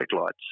lights